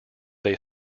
they